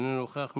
אינו נוכח,